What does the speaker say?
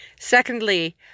Secondly